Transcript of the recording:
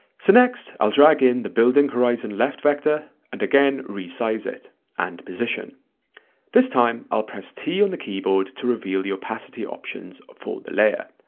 next i'll drag in the building horizon left vector and again resize it and position this time i'll press t on the keyboard to reveal the opacity options for the layer.